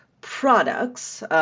products